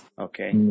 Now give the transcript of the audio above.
Okay